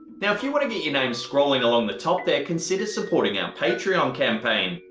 now if you wanna get your name scrolling along the top there, consider supporting our patreon um campaign.